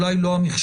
אולי לא המחשובי,